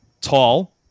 Tall